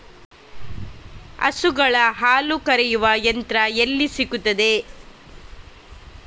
ಹಸುಗಳ ಹಾಲು ಕರೆಯುವ ಯಂತ್ರ ಎಲ್ಲಿ ಸಿಗುತ್ತದೆ?